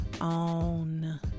on